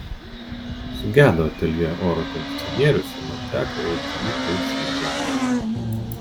sugedo ateljė oro kondicionierius ir man teko eiti į taisyklą